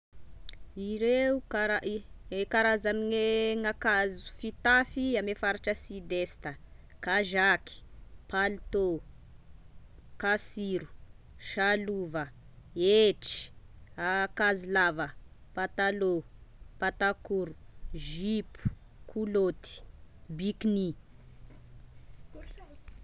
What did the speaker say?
Ireo kara- ie karazagne nakanzo fitafy ame faritra sud est: kazaky, palitô, kasiro, salova, etry, ankazo lava, patalô, pata court, zipo, kolôty, bikini.